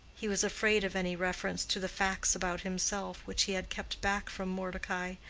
he was afraid of any reference to the facts about himself which he had kept back from mordecai,